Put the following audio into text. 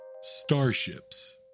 Starships